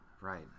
right